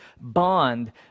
bond